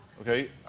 Okay